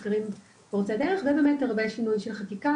מחקרים פורצי דרך ואז יש הרבה שינויי חקיקה